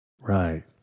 Right